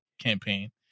campaign